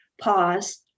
pause